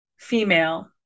female